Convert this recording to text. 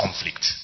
conflict